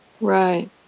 Right